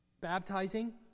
Baptizing